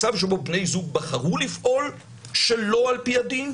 מצב שבו בני זוג בחרו לפעול שלא על פי הדין,